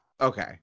Okay